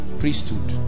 priesthood